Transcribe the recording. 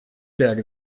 berge